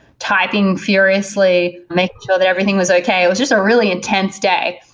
typing furiously, make sure that everything was okay. it was just a really intense day,